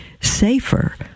safer